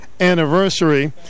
anniversary